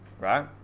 right